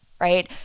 right